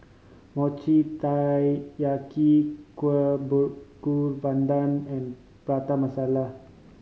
Mochi Taiyaki Kueh Bakar Pandan and Prata Masala